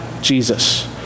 Jesus